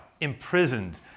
imprisoned